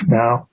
now